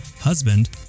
husband